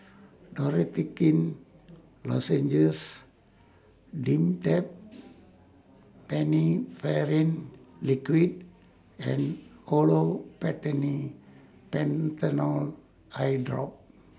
Dorithricin Lozenges Dimetapp Phenylephrine Liquid and Olopatadine Patanol Eyedrop